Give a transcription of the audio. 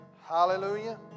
Hallelujah